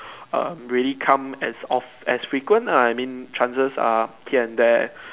um really come as of as frequent lah I mean chances are here and there